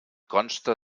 consta